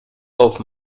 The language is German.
auf